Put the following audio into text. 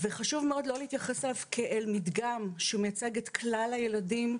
חשוב מאוד לא להתייחס אליו כאל מדגם שמייצג את כלל הילדים.